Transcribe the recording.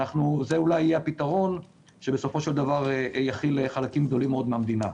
זה אולי יהיה הפתרון שבסופו של דבר יכיל חלקים גדולים מאוד מהמדינה.